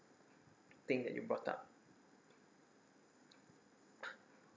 thing that you brought up